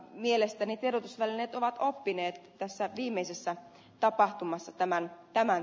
mielestäni tiedotusvälineet ovat oppineet kassan viimeisessä tapahtumassa tänään tämän